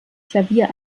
klavier